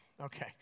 Okay